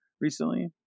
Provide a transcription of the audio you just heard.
recently